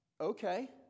okay